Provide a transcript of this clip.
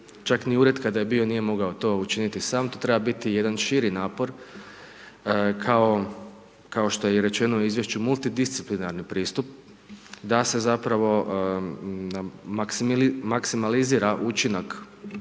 čak ni ured kada je bio nije mogao to učiniti sam. To treba biti jedan širi napor, kao što je i rečeno u izvješću multidisciplinarni pristup da se zapravo maksimalizira učinak svih